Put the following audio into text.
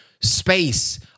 space